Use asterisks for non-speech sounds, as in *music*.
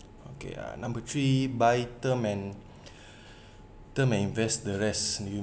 okay uh number three buy term and *breath* term and invest the rest you